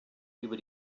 über